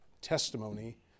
testimony